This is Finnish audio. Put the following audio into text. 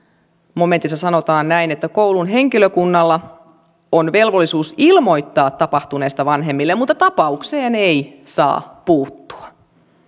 momentissa sanotaan näin koulun henkilökunnalla on velvollisuus ilmoittaa tapahtuneesta vanhemmille mutta tapaukseen ei saa puuttua